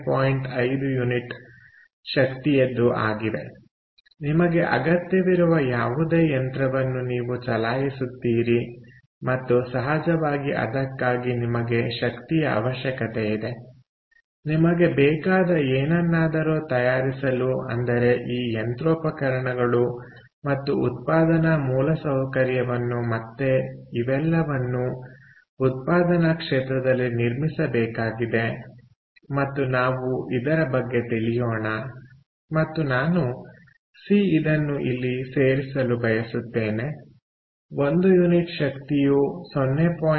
5 unit ಶಕ್ತಿಯದ್ದು ಆಗಿವೆ ನಿಮಗೆ ಅಗತ್ಯವಿರುವ ಯಾವುದೇ ಯಂತ್ರವನ್ನು ನೀವು ಚಲಾಯಿಸುತ್ತೀರಿ ಮತ್ತು ಸಹಜವಾಗಿ ಅದಕ್ಕಾಗಿ ನಿಮಗೆ ಶಕ್ತಿಯ ಅವಶ್ಯಕತೆ ಇದೆ ನಿಮಗೆ ಬೇಕಾದ ಏನನ್ನಾದರೂ ತಯಾರಿಸಲು ಅಂದರೆ ಈ ಯಂತ್ರೋಪಕರಣಗಳು ಮತ್ತು ಉತ್ಪಾದನಾ ಮೂಲಸೌಕರ್ಯವನ್ನು ಮತ್ತೆ ಇವೆಲ್ಲವನ್ನು ಉತ್ಪಾದನಾ ಕ್ಷೇತ್ರದಲ್ಲಿ ನಿರ್ಮಿಸಬೇಕಾಗಿದೆ ಮತ್ತು ನಾವು ಇದರ ಬಗ್ಗೆ ತಿಳಿಯೋಣ ಮತ್ತು ನಾನು ಸಿ ಇದನ್ನು ಇಲ್ಲಿ ಸೇರಿಸಲು ಬಯಸುತ್ತೇನೆ 1 ಯುನಿಟ್ ಶಕ್ತಿಯು 0